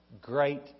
great